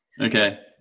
Okay